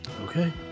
Okay